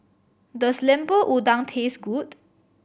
does Lemper Udang taste good